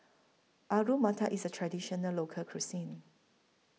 Alu Matar IS A Traditional Local Cuisine